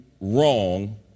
wrong